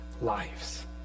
lives